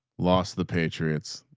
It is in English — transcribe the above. lost the patriots,